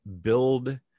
build